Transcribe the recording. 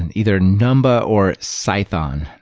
and either numbug or cython.